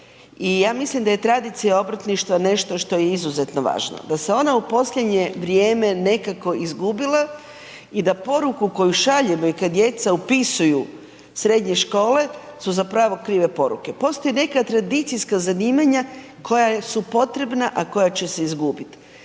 i ja mislim da je tradicija obrtništva nešto što je izuzetno važno. Da se ona u posljednje vrijeme nekako izgubila i da poruku koju šaljemo i kada djeca upisuju srednje škole su zapravo krive poruke. Postoji neka tradicijska zanimanja koja su potrebna, a koja će se izgubiti.